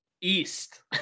east